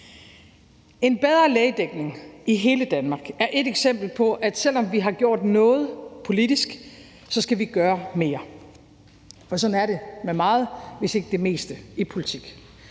En bedre lægedækning i hele Danmark er et eksempel på, at selv om vi har gjort noget politisk, skal vi gøre mere. For sådan er det med meget, hvis ikke det meste i politik.